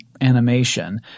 animation